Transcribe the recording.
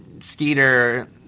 Skeeter